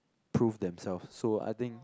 prove themselves so I think